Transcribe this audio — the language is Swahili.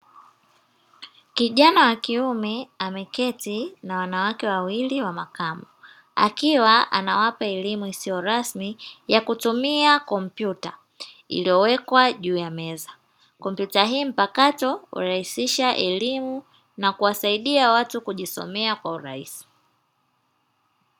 Kijana wa kiume ameketi na wanawake wawili wa makamo, akiwa anawapa elimu isiyo rasmi ya kutumia kompyuta iliyowekwa juu ya meza. Kompyuta hii mpakato hurahisisha elimu na kuwasaidia watu kujisomea kwa urahisi.